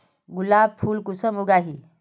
गुलाब फुल कुंसम उगाही?